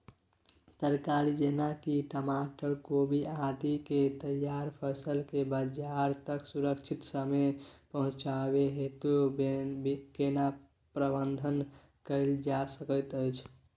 तरकारी जेना की टमाटर, कोबी आदि के तैयार फसल के बाजार तक सुरक्षित समय पहुँचाबै हेतु केना प्रबंधन कैल जा सकै छै?